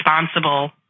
responsible